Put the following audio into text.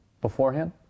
beforehand